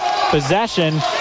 possession